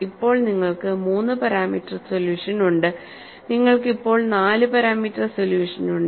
ഇപ്പോൾ നിങ്ങൾക്ക് 3 parameter solution ഉണ്ട് നിങ്ങൾക്ക് ഇപ്പോൾ 4 പാരാമീറ്റർ സൊല്യൂഷൻ ഉണ്ട്